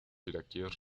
iraquíes